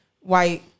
white